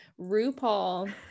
RuPaul